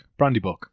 Brandybuck